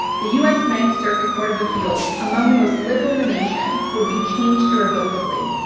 the us ninth circuit court of appeals, among the most liberal in the nation, would be changed irrevocably,